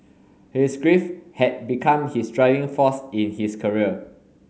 his grief had become his driving force in his career